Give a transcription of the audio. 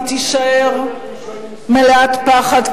היא תישאר מלאת פחד,